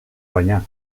banyar